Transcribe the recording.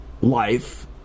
life